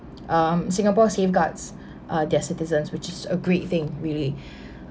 um singapore safeguards uh their citizens which is a great thing really